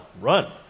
run